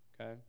okay